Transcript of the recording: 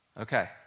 okay